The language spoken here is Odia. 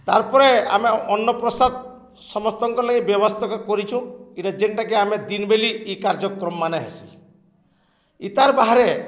ତାର୍ ପରେ ଆମେ ଅନ୍ନପ୍ରସାଦ ସମସ୍ତଙ୍କ ଲାଗି ବ୍ୟବସ୍ଥା କରିଛୁଁ ଇଟା ଯେନ୍ଟାକି ଆମେ ଦିନ ବେଲା ଇ କାର୍ଯ୍ୟକ୍ରମ ମାନେ ହେସି ଇତାର୍ ବାହାରେ